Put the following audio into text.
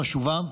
חשובה,